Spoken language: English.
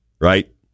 right